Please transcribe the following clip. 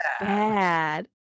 bad